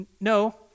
No